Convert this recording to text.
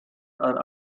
are